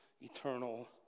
eternal